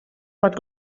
pot